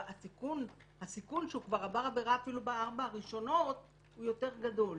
והסיכון שהוא כבר עבר עבירה אפילו בארבע הראשונות הוא יותר גדול.